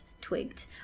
twigged